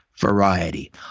variety